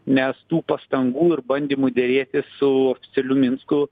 nes tų pastangų ir bandymų derėtis su oficialiu minsku